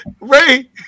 Ray